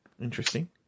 Interesting